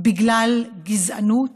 בגלל גזענות,